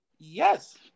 yes